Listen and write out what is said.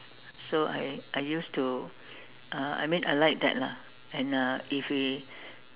so I I used to uh I mean I like that lah and uh if we